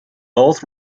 both